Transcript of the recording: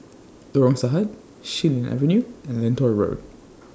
Lorong Sahad Xilin Avenue and Lentor Road